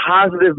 positive